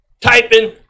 Typing